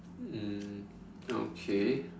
mm okay